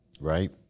right